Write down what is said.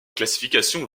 classification